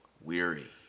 weary